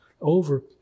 over